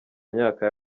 myaka